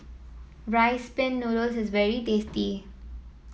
Rice Pin Noodles is very tasty